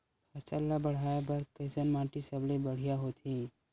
फसल ला बाढ़े बर कैसन माटी सबले बढ़िया होथे?